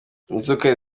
inzoka